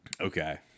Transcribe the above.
Okay